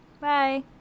Bye